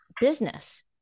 business